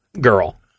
girl